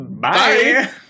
Bye